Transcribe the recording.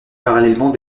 parallèlement